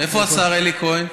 איפה השר אלי כהן?